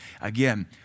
Again